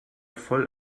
voll